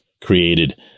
created